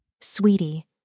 Sweetie